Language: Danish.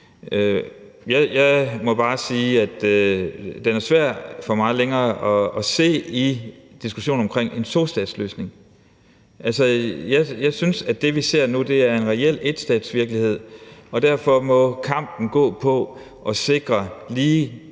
Jeg må bare sige, at det er svært for mig længere at se noget i diskussionen om en tostatsløsning. Altså, jeg synes, at det, vi ser nu, er en reel enstatsvirkelighed, og derfor må kampen gå på at sikre lige